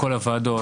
בכל הוועדות.